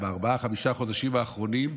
בארבעה-חמישה החודשים האחרונים,